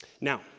Now